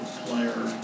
player